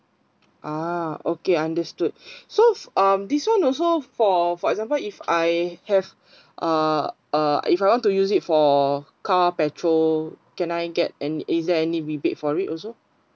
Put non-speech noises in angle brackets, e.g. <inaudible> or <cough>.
ah okay understood <breath> so um this [one] also for for example if I have uh uh if I want to use it for car petrol can I get any is there any rebate for it also